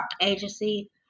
agency